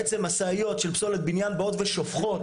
בעצם משאיות של פסולת בניין באות ושופכות